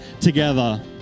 together